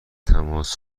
تماس